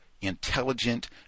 intelligent